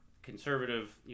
conservative